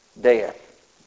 death